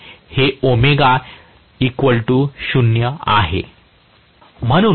हे ω 0 आहे